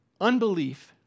unbelief